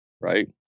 right